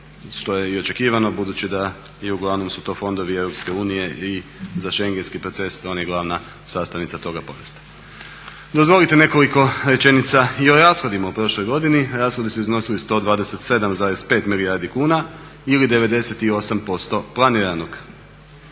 što je i očekivano budući da su to uglavnom fondovi EU i schengenski proces on je glavna sastavnica toga porasta. Dozvolite nekoliko rečenica i o rashodima u prošloj godini. Rashodi su iznosili 127,5 milijardi kuna ili 98% planiranog.